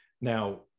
Now